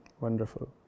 Wonderful